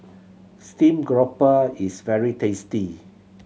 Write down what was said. steamed grouper is very tasty